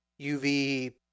UV